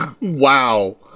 wow